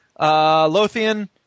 Lothian